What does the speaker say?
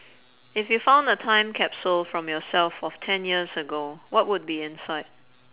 if you found a time capsule from yourself of ten years ago what would be inside